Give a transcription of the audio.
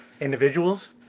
individuals